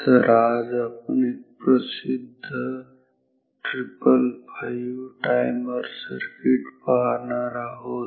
तर आज आपण एक प्रसिद्ध 555 - टायमर सर्किट पाहणार आहोत